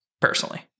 personally